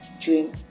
dream